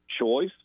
choice